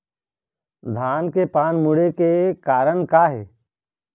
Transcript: धान के पान मुड़े के कारण का हे?